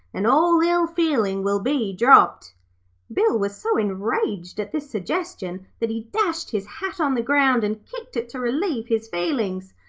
and all ill-feeling will be dropped bill was so enraged at this suggestion that he dashed his hat on the ground and kicked it to relieve his feelings.